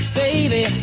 baby